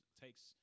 takes –